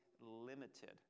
limited